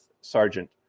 Sergeant